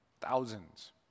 thousands